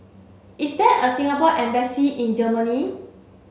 is there a Singapore embassy in Germany